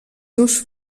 seus